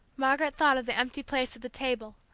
margaret thought of the empty place at the table,